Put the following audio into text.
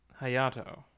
Hayato